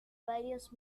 varios